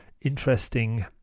interesting